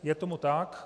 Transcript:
Je tomu tak.